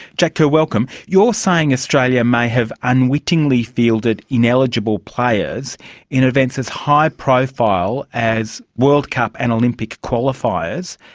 jack kerr, welcome. you're saying australia may have unwittingly fielded ineligible players in events as high-profile as world cup and olympic qualifiers.